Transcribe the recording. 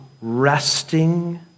resting